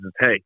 hey